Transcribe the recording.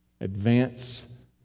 advance